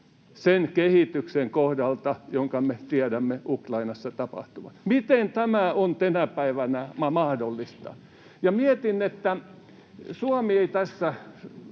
sen kehityksen kohdalta, jonka me tiedämme Ukrainassa tapahtuvan. Miten tämä on tänä päivänä mahdollista? Mietin, että Suomi ei tässä